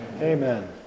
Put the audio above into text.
amen